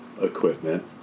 equipment